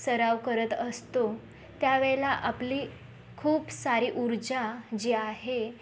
सराव करत असतो त्यावेळेला आपली खूप सारी ऊर्जा जी आहे